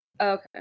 Okay